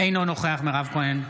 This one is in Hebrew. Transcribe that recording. אינו נוכח מירב כהן,